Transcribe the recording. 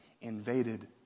invaded